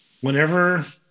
whenever